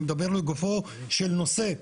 אני מדבר לגופו של נושא,